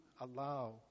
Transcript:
allow